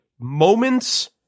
moments